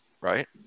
right